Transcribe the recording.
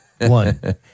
One